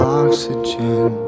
oxygen